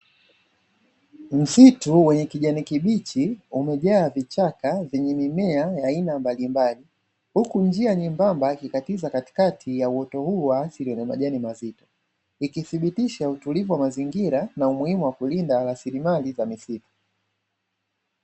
Msitu wenye kijani kibichi umejaa vichaka vyenye mimea ya aina mbalimbali, huku njia nyembamba ilikatisha katikati ya uoto huu wa asili yenye majani mazito, ikithibitisha utulivu wa mazingira na umuhimu wa kulinda rasilimali ya misitu.